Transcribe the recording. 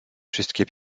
wszystkie